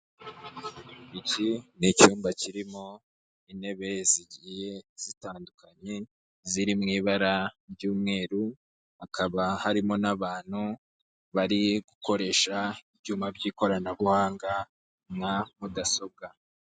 Iki ni icyumba kirimo intebe zigiye zitandukanye ziri mu ibara ry'umweru, hakaba harimo n'abantu bari gukoresha ibyuma by'ikoranabuhanga nka mudasobwa.